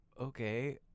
okay